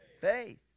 faith